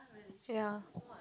ya